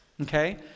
Okay